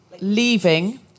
leaving